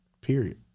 period